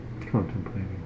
Contemplating